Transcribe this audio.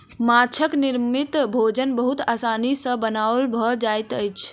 माँछक निर्मित भोजन बहुत आसानी सॅ बनायल भ जाइत अछि